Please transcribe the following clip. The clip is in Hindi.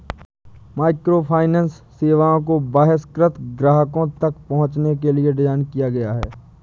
माइक्रोफाइनेंस सेवाओं को बहिष्कृत ग्राहकों तक पहुंचने के लिए डिज़ाइन किया गया है